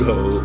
go